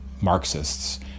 Marxists